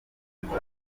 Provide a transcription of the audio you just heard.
n’ubwo